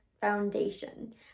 Foundation